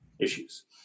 issues